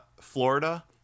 Florida